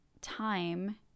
time